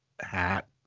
hat